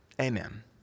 Amen